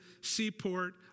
seaport